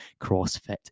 CrossFit